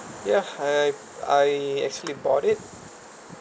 ya I I actually bought it